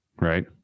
right